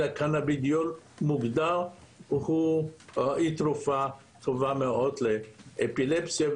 אלא קנאבידיול מוגדר הוא תרופה טובה מאוד לאפילפסיה,